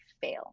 fail